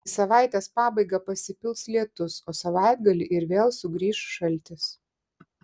į savaitės pabaigą pasipils lietus o savaitgalį ir vėl sugrįš šaltis